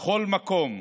בכל מקום,